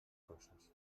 coses